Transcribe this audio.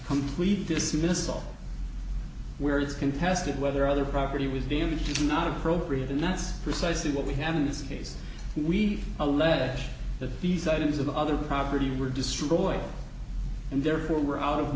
complete dismissal where it's contested whether other property was damaged or not appropriate and that's precisely what we have in this case we allege that these items of other property were destroyed and therefore we're out of